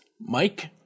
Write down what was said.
Mike